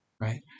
right